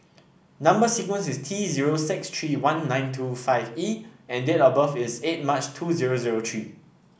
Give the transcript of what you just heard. number sequence is T zero six three one nine two five E and date of birth is eight March two zero zero three